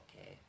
okay